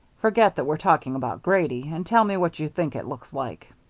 forget that we're talking about grady, and tell me what you think it looks like.